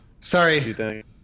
sorry